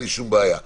אין לי שום בעיה.